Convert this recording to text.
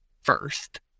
first